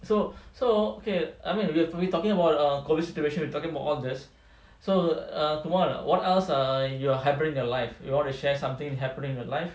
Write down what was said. so so okay I mean we're talking about err COVID situation we talking about all this so err kumar what else err you are happening in your life you want to share something is happening in your life